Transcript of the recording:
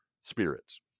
spirits